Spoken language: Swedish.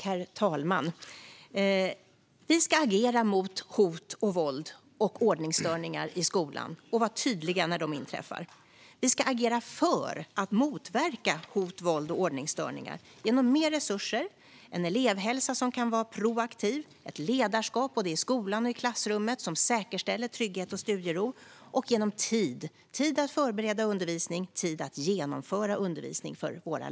Herr talman! Vi ska agera mot hot, våld och ordningsstörningar i skolan och vara tydliga när de inträffar. Vi ska agera för att motverka hot, våld och ordningsstörningar genom mer resurser, en elevhälsa som kan vara proaktiv, ett ledarskap både i skolan och i klassrummet som säkerställer trygghet och studiero och genom tid. Lärarna behöver tid för att förbereda undervisning och för att genomföra undervisning.